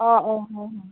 অ' অ' অ'